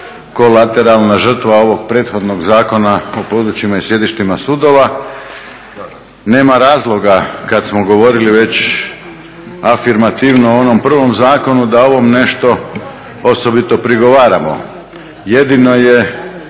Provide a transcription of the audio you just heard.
kolateralna žrtva ovog prethodnog Zakona o područjima i sjedištima sudova. Nema razloga kad smo govorili već afirmativno o onom prvom zakonu da ovom nešto osobito prigovaramo. Jedino je